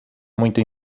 muito